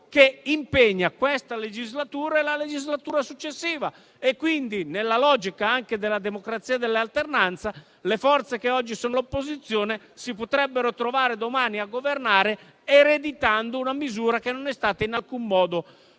che impegna la legislatura attuale e quella successiva. Nella logica della democrazia dell'alternanza, le forze che oggi sono all'opposizione si potrebbero trovare domani a governare, ereditando una misura che non è stata in alcun modo